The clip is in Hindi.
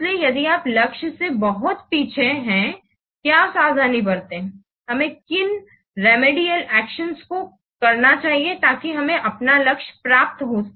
इसलिए यदि आप लक्ष्य से बहुत पीछे हैं क्या सावधानी बरतें हमें किन रेमेडियल एक्शन्स को करना चाहिए ताकि हमें अपना लक्ष्य लाभ प्राप्त हो